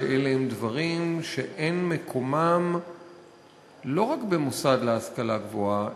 שאלה הם דברים שאין מקומם לא רק במוסד להשכלה גבוהה,